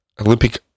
Olympic